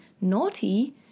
naughty